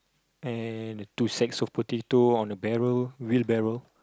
and the two sacks of potato on the barrel wheel barrel